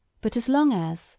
but as long as,